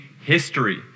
history